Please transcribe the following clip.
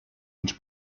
uns